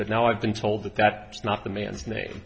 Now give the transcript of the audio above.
but now i've been told that that is not the man's name